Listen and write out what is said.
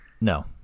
No